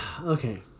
Okay